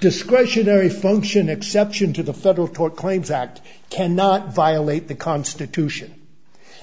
discretionary function exception to the federal tort claims act cannot violate the constitution